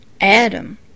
Adam